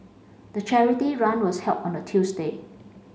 the charity run was held on the Tuesday